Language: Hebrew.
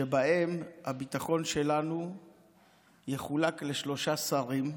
שבהם הביטחון שלנו יחולק לשלושה שרים.